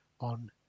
on